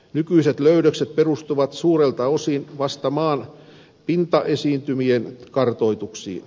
nykyiset löydökset perustuvat suurelta osin vasta maan pintaesiintymien kartoituksiin